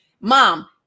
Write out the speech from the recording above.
mom